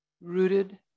rooted